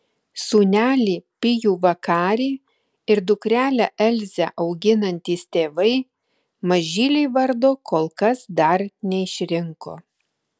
sūnelį pijų vakarį ir dukrelę elzę auginantys tėvai mažylei vardo kol kas dar neišrinko